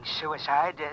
suicide